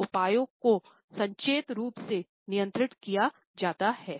उपायों को सचेत रूप से नियंत्रित किया जाता है